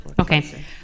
Okay